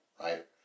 right